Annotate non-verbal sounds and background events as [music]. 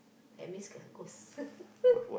that means there are ghost [laughs]